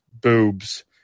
Boobs